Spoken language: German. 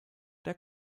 der